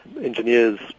engineers